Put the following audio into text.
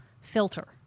filter